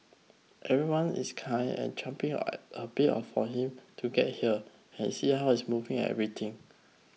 everyone is kind at champing at a bit of for him to get here and see how he's moving and everything